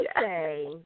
say